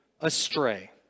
astray